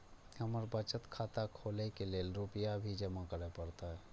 हमर बचत खाता खोले के लेल रूपया भी जमा करे परते?